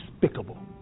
despicable